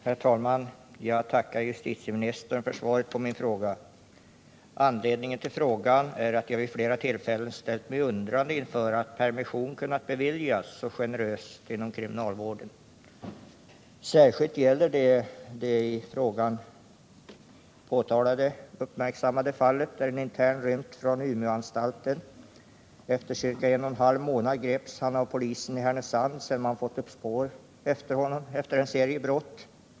Herr talman! Jag tackar justitieministern för svaret på min fråga. Anledningen till frågan är att jag vid flera tillfällen ställt mig undrande inför att permission kunnat beviljas så generöst inom kriminalvården. Särskilt gäller detta det i frågan påtalade mycket uppmärksammade fallet där en intern rymt från Umeåanstalten. Efter ca en och en halv månad greps han av polisen i Härnösand, sedan man fått upp ett spår efter en serie brott.